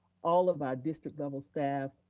all of our district level staff,